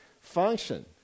function